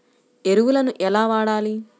ఎరువులను ఎలా వాడాలి?